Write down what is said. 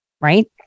right